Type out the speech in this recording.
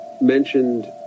mentioned